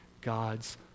God's